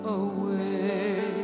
away